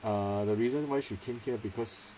uh the reason why she came here because